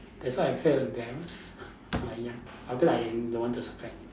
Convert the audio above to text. that's why I felt embarrassed when I young after that I don't want to subscribe anymore